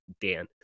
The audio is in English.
Dan